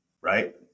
right